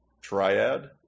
triad